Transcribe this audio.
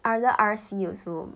other R_C also